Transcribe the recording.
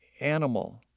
animal